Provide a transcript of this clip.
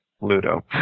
Ludo